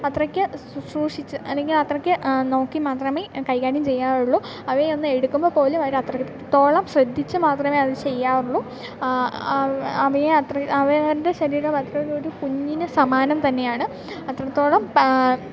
അത്രയ്ക്ക് ശുശ്രൂഷിച്ച് അല്ലെങ്കിൽ അത്രയ്ക്ക് നോക്കി മാത്രമേ കൈകാര്യം ചെയ്യാറുള്ളൂ അവയെ ഒന്ന് എടുക്കുമ്പോൾ പോലും അവർ അത്രത്തോളം ശ്രദ്ധിച്ചു മാത്രമേ അത് ചെയ്യാറുള്ളൂ അവയെ അത്ര അവയവൻ്റെ ശരീരം അത്ര ഒരു കുഞ്ഞിനു സമാനം തന്നെയാണ് അത്രത്തോളം